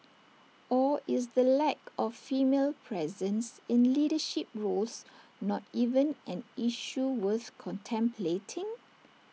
or is the lack of female presence in leadership roles not even an issue worth contemplating